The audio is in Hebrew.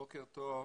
בוקר טוב.